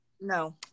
No